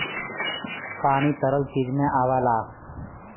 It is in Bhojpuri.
पानी तरल चीज में आवला